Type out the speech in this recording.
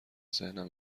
ذهنم